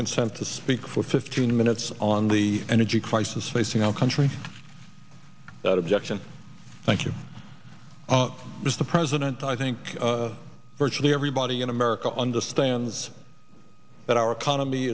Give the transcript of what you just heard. consent to speak for fifteen minutes on the energy crisis facing our country objection thank you as the president i think virtually everybody in america understands that our economy